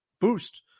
boost